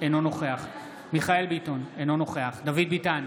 אינו נוכח מיכאל מרדכי ביטון, אינו נוכח דוד ביטן,